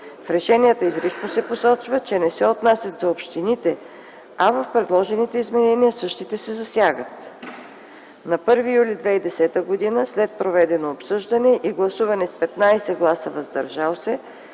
В решенията изрично се посочва, че не се отнасят за общините, а в предложените изменения същите се засягат. На 1 юли 2010 г., след проведено обсъждане и гласуване с 15 гласа „въздържали се”,